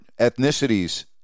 ethnicities